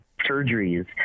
surgeries